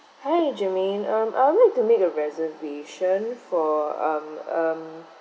hi germaine um I will like to make a reservation for um um